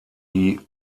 die